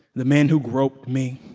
the men who groped me,